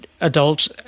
adults